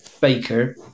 Baker